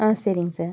ஆ சரிங்க சார்